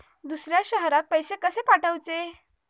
दुसऱ्या शहरात पैसे कसे पाठवूचे?